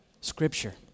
scripture